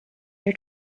your